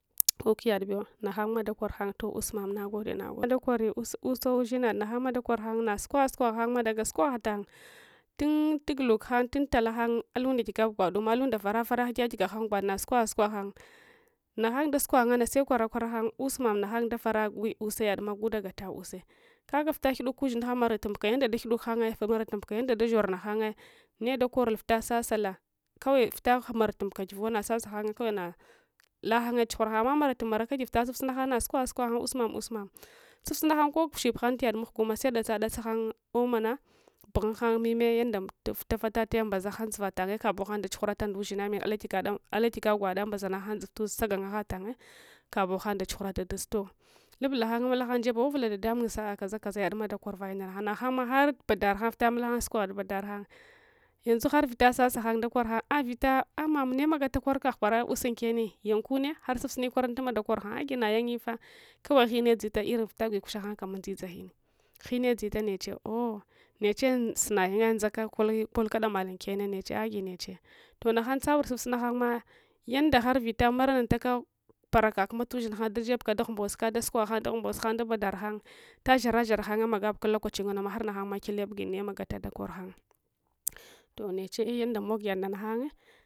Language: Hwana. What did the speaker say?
Ukyad bewa naghan ma dakor hang toh usmam nagode nagu dakoir usawa ushinad naghang ma dakor hang nasukogha sukogha hangma daga sukogha tang tun tuguuk hang tuntal aghang alunda gigab gwaduma alunda vara vara hang kyagiga hang gwad sukog ha sukogha hang naghan dasukoghs nganne selawarakwara ghan us mamnaghanye dafara gu use yadma gutagata use kaga vita ghiduk ushin ha maratunbuka yadda daghiduk hanye mamaratuska yadda dashor naghanye nedakorul vita sasala kawai vita maratunka givu nasasa ghanye lagh anye tsughuira ghanye amma maratusmarska give sufsunahangye sukwagha sukwagha hang usmam usmam sufsunaghan kokushib hang tuyad mahguma se datse datsahang omana bughun ghan mime yanda tafalataye kabona hang datsuhurata nda ushina min ala giga gwada mbaza nunghan dzovtusagangaha tange kaboghan dachuhurata dasuto lubula ghan mamulaghan jebe awavula ɗaɗmung sa’a kaza kaza yaguma dakor vage nda naghan naghanma har badar hang mamula hang sukoghe tube dar hang yanzu harvita sasahang dakor hang avita ah’ mama nemagata koykagh kwara use unkenne yankonne har surf sum koruntana maghaang agi nayanye fah kawai ghime tseta irin vita kwiku sha hanye dzidza ghinne ghinne dzu nechiya ooh neche sunayungye udzaka koyka hamalun inkenne agi neche toh naghan tsabur sufsuna ghanma yanda har vita maranuntaka paraka kumma tushingha dajebka daghunibos ka dasukogha hang daghumbos hang dabadar hang vita dsharadshara hang magabuka unlokachi nganuma har naghanma kilya bugin nemagata dakor hang toh neche inunds mogiy ad nda naghang